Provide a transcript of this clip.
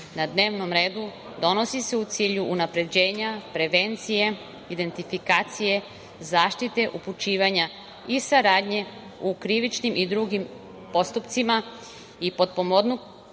na dnevnom redu donosi se u cilju unapređenja, prevencije, identifikacije, zaštite, upućivanja i saradnje u krivičnim i drugim postupcima i potpomognutog